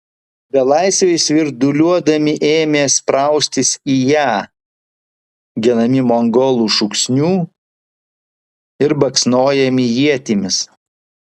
belaisviai svirduliuodami ėmė spraustis į ją genami mongolų šūksnių ir baksnojami ietimis